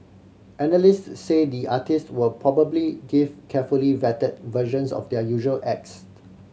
analyst say the artists will probably give carefully vetted versions of their usual acts